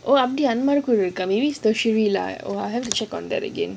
oh அந்த மாறி பொருள் இருக்க:antha maari porul irukka maybe is tertiary lah oh I will have to check on that again